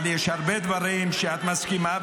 אבל יש הרבה דברים שאת מסכימה,